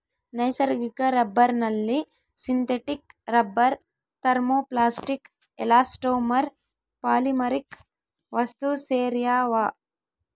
ನೈಸರ್ಗಿಕ ರಬ್ಬರ್ನಲ್ಲಿ synthetic rubber thermoplastic elastomer polymeric ವಸ್ತುಸೇರ್ಯಾವ